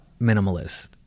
minimalist